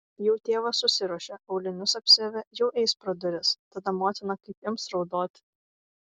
jau tėvas susiruošė aulinius apsiavė jau eis pro duris tada motina kaip ims raudoti